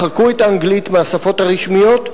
מחקו את האנגלית מהשפות הרשמיות,